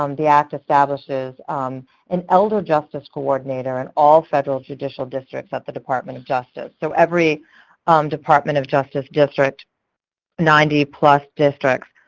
um the act establishes an elder justice coordinator in all federal judicial districts at the department of justice. so every um department of justice district ninety plus districts,